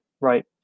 right